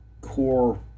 core